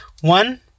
One